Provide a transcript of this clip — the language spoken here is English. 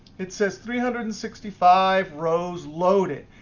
it says three hundred and sixty five rows loaded.